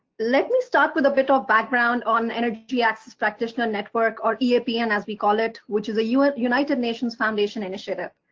let me start with a little background on energy access practitioner network, or eapn as we call it, which is a united nations foundation initiative.